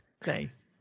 Thanks